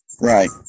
Right